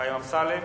חיים אמסלם?